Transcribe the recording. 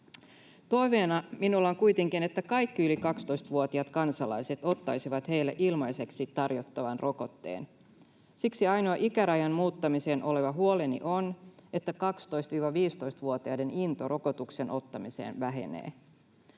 Toiveena minulla on kuitenkin, että kaikki yli 12‑vuotiaat kansalaiset ottaisivat heille ilmaiseksi tarjottavan rokotteen. Siksi ainoa huoleni ikärajan muuttamisesta on, että 12—15‑vuotiaiden into rokotuksen ottamiseen vähenee.